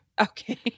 Okay